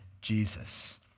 Jesus